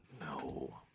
No